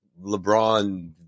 LeBron